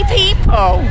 people